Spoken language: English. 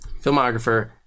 filmographer